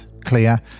clear